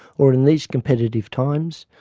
or in these competitive times,